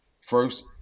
first